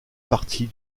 partie